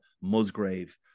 Musgrave